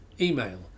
email